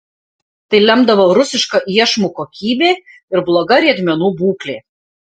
tai lemdavo rusiška iešmų kokybė ir bloga riedmenų būklė